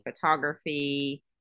photography